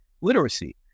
literacy